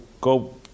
go